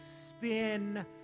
spin